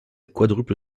quadruple